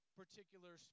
particular